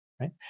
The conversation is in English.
right